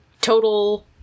Total